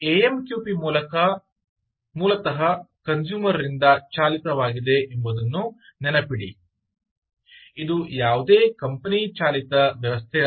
A M Q P ಮೂಲತಃ consumer ರಿಂದ ಚಾಲಿತವಾಗಿದೆ ಎಂಬುದನ್ನು ನೆನಪಿಡಿ ಇದು ಯಾವುದೇ ಕಂಪನಿ ಚಾಲಿತ ವ್ಯವಸ್ಥೆಯಲ್ಲ